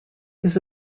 this